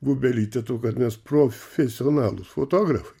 bubelytė tuo kad mes profesionalūs fotografai